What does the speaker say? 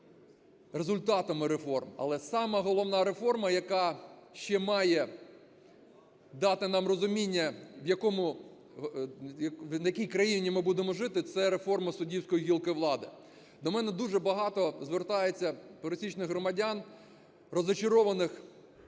результатами реформ. Але сама головна реформа, яка ще має дати нам розуміння, в якій країні ми будемо жити, - це реформа суддівської гілки влади. До мене дуже багато звертається пересічних громадян, розчарованих